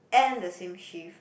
and the same shift